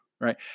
right